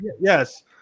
Yes